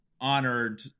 honored